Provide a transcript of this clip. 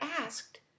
asked